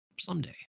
someday